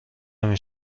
نمی